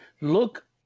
Look